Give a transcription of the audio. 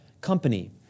company